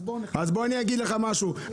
אז בוא אני אגיד לך משהו.